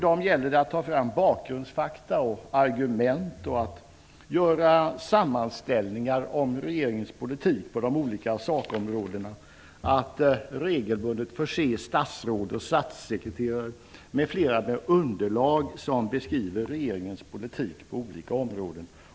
De har att ta fram bakgrundsfakta och argument samt göra sammanställningar om regeringens politik på de olika sakområdena. De skall regelbundet förse statsråd, statssekreterare, m.fl. med underlag som beskriver regeringens politik på olika områden.